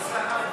ניסן,